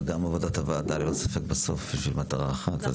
וגם עבודת הוועדה ללא ספק בסוף בשביל מטרה אחת,